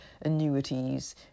annuities